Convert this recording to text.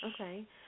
Okay